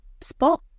spot